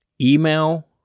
email